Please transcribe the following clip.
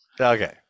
okay